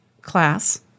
class